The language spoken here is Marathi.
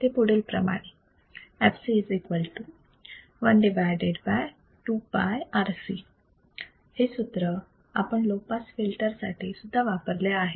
ते पुढील प्रमाणे fc 1 2 πRC हे सूत्र आपण लो पास फिल्टर साठी सुद्धा वापरले आहे